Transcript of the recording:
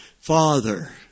Father